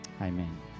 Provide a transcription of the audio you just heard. Amen